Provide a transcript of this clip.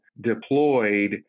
deployed